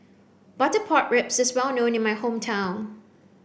butter pork ribs is well known in my hometown